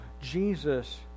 Jesus